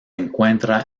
encuentra